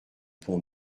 pont